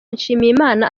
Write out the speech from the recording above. nshimiyimana